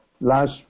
last